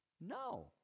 No